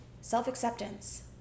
self-acceptance